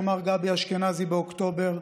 אמר גבי אשכנזי באוקטובר.